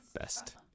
best